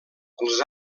els